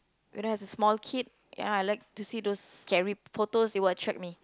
but then there's a small kid ya I like to see those scary photos it would attract me